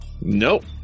Nope